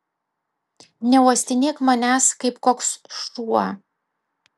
neuostinėk manęs kaip koks šuo